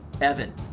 Evan